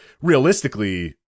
realistically